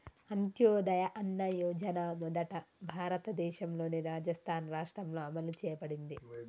అంత్యోదయ అన్న యోజన మొదట భారతదేశంలోని రాజస్థాన్ రాష్ట్రంలో అమలు చేయబడింది